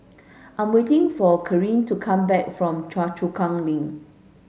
I'm waiting for Karyl to come back from Choa Chu Kang Link